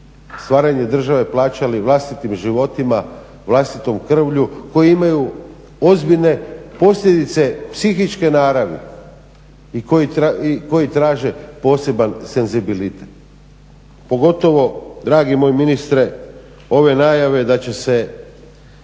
stvaranje države plaćali vlastitim životima, vlastitom krvlju, koji imaju ozbiljne posljedice psihičke naravi i koji traže poseban senzibilitet. Pogotovo, dragi moj ministre, ove najave da će se